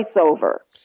over